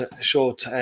short